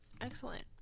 Excellent